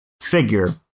figure